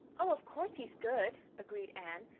oh, of course he's good, agreed anne,